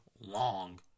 long